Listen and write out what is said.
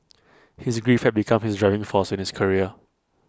his grief had become his driving force in his career